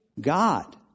God